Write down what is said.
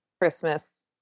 Christmas